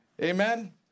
Amen